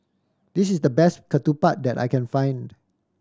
this is the best ketupat that I can find